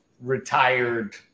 retired